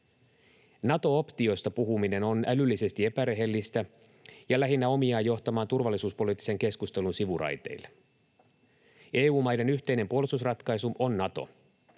Nato-optiosta puhuminen on älyllisesti epärehellistä ja lähinnä omiaan johtamaan turvallisuuspoliittisen keskustelun sivuraiteille. EU-maiden yhteinen puolustusratkaisu on Nato.